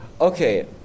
Okay